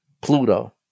Pluto